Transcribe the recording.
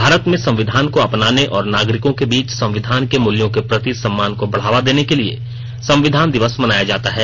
भारत में संविधान को अपनाने और नागरिकों के बीच संविधान के मूल्यों के प्रति सम्मान को बढ़ावा देने के लिए संविधान दिवस मनाया जाता है